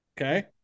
Okay